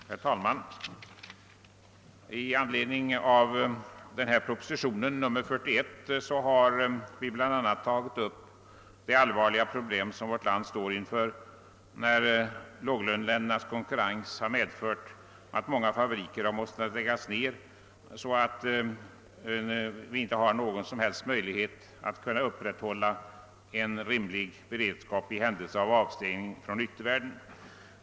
Herr talman! I anledning av propositionen 41 har vi bl.a. tagit upp det allvarliga problem som vårt land har ställts inför genom att låglöneländernas konkurrens har medfört att många fabriker måst läggas ned, så att vi inte har någon möjlighet att upprätthålla en rim lig beredskap i händelse av avstängning från yttervärlden.